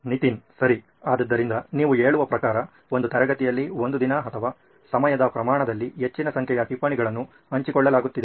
ನಿತಿನ್ ಸರಿ ಆದ್ದರಿಂದ ನೀವು ಹೇಳುವ ಪ್ರಕಾರ ಒಂದು ತರಗತಿಯಲ್ಲಿ ಒಂದು ದಿನ ಅಥವಾ ಸಮಯದ ಪ್ರಮಾಣದಲ್ಲಿ ಹೆಚ್ಚಿನ ಸಂಖ್ಯೆಯ ಟಿಪ್ಪಣಿಗಳನ್ನು ಹಂಚಿಕೊಳ್ಳಲಾಗುತ್ತಿದೆ